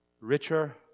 richer